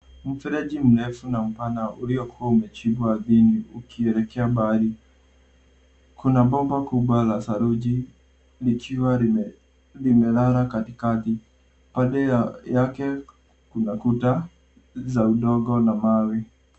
Mfereji mrefu na mpana uliokuwa umechimbwa ardhini ukielekea mbali. Kuna bomba kubwa la saruji likiwa limelala katikati. Pande yake kuna kuta za udongo na mawe.